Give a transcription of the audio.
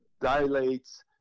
dilates